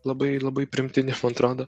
labai labai priimtini man atrodo